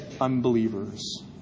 unbelievers